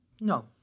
No